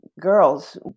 girls